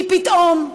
כי פתאום,